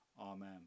Amen